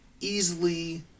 easily